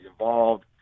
involved